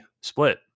split